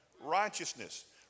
righteousness